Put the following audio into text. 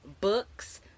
books